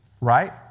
Right